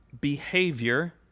behavior